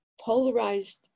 polarized